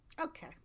Okay